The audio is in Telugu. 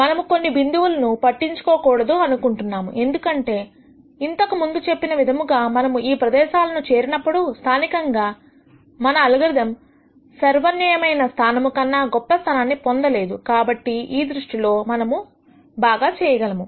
మనము కొన్ని బిందువులను పట్టించుకోకూడదు అనుకుంటున్నాము ఎందుకంటే ఇంతకు ముందు చెప్పిన విధముగా మనము ఈ ప్రదేశాలను చేరినప్పుడు స్థానికంగా మన అల్గారిథం సర్వన్వయమైన స్థానము కన్నా గొప్ప స్థానాన్ని పొందలేదు కాబట్టి ఈ దృష్టిలో మనము బాగా చేయగలము